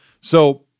So-